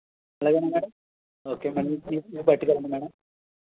అలాగేనా madam okay madam తీసి పట్టుకెళ్ళండి madam